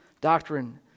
doctrine